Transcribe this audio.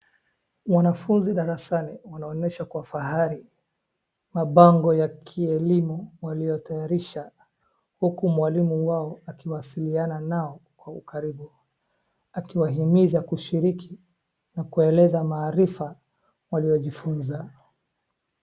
Mwanafunzi darasani ,inaonyesha kwa fahali mapango ya kielimu yaliyotayarisha huku mwalimu wao akiwasiliana nao kwa ukaribu, akiwahimiza kushiriki na kuwaeleza maarifa waliojifunza.